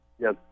Yes